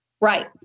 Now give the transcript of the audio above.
Right